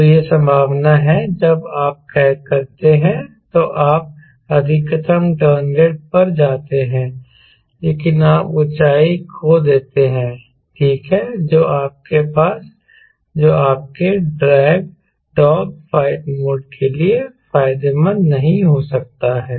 तो यह संभावना है जब आप करते हैं तो आप अधिकतम टर्न रेट पर जाते हैं लेकिन आप ऊंचाई खो देते हैं ठीक है जो आपके डॉग फाइट मोड के लिए फायदेमंद नहीं हो सकता है